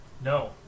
No